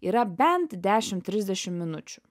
yra bent dešim trisdešim minučių